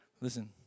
Listen